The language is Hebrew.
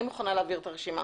אני מוכנה להעביר את הרשימה.